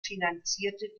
finanzierte